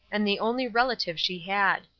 and the only relative she had.